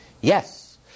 Yes